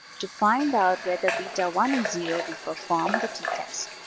to find out whether beta one is zero, we perform the t-test